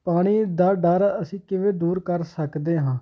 ਪਾਣੀ ਦਾ ਡਰ ਅਸੀਂ ਕਿਵੇਂ ਦੂਰ ਕਰ ਸਕਦੇ ਹਾਂ